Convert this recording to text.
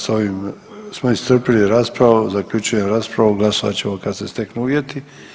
S ovim smo iscrpili raspravu, zaključujem raspravu, glasovat ćemo kad se steknu uvjeti.